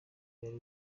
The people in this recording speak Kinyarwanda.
yari